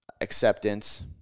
acceptance